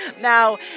Now